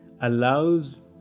allows